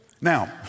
Now